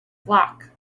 flock